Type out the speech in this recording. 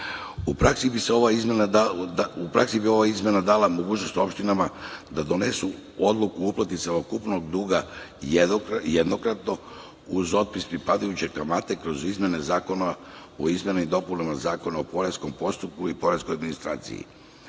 praksi bi ova izmena dala mogućnost opštinama da donesu odluku o uplati celokupnog duga jednokratno uz otpis pripadajuće kamate kroz izmene zakona o izmenama i dopunama Zakona o poreskom postupku i poreskoj administraciji